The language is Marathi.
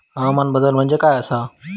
हवामान बदल म्हणजे काय आसा?